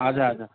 हजुर हजुर